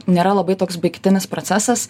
nėra labai toks baigtinis procesas